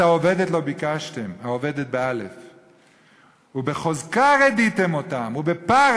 האבדת לא בקשתם ובחזקה רדיתם אתם ובפרך"